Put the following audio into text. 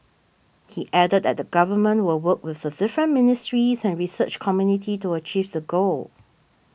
he added that the Government will work with the different ministries and research community to achieve the goal